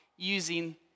Using